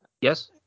Yes